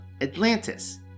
Atlantis